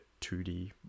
2D